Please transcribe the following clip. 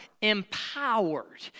empowered